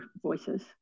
voices